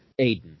Aiden